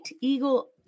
Eagle